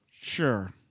Sure